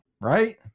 right